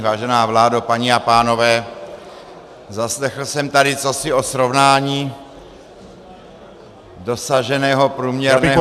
Vážená vládo, paní a pánové, zaslechl jsem tady cosi o srovnání dosaženého průměrného věku